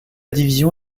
division